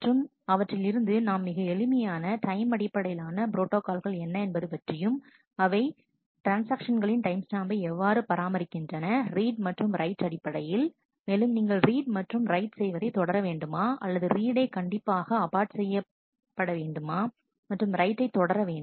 மற்றும் அவற்றில் இருந்து நாம் மிக எளிமையான டைம் அடிப்படையிலான ப்ரோட்டாகால் கள் என்ன என்பது பற்றியும் மேலும் அவை ட்ரான்ஸ்ஆக்ஷன்களின் டைம் ஸ்டாம்பை எவ்வாறு பராமரிக்கின்றன ரீட் மற்றும் ரைட் அடிப்படையில் மேலும் நீங்கள் ரீட் மற்றும் ரைட் செய்வதை தொடர வேண்டுமா அல்லது ரிடை கண்டிப்பாக அபார்ட் செய்யப்பட வேண்டும் மற்றும் ரைட்டை தொடர வேண்டும்